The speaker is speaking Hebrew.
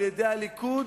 על-ידי הליכוד,